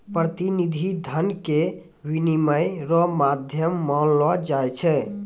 प्रतिनिधि धन के विनिमय रो माध्यम मानलो जाय छै